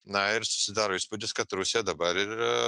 na ir susidaro įspūdis kad rusija dabar ir